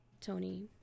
Tony